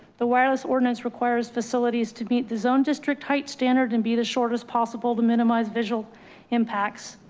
the wireless ordinance requires facilities to meet the zone district height standard and be the shortest possible to minimize visual impacts.